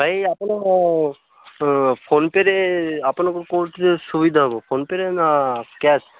ଭାଇ ଆପଣ ଫୋନ୍ପେରେ ଆପଣଙ୍କୁ କେଉଁଥିରେ ସୁବିଧା ହେବ ଫୋନ୍ପେରେ ନା କ୍ୟାସ୍